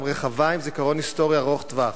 רחבה עם זיכרון היסטורי ארוך-טווח.